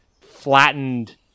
flattened